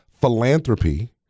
philanthropy